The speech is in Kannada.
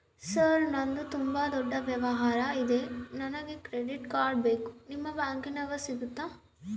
ಸರ್ ನಂದು ತುಂಬಾ ದೊಡ್ಡ ವ್ಯವಹಾರ ಇದೆ ನನಗೆ ಕ್ರೆಡಿಟ್ ಕಾರ್ಡ್ ಬೇಕು ನಿಮ್ಮ ಬ್ಯಾಂಕಿನ್ಯಾಗ ಸಿಗುತ್ತಾ?